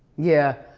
yeah,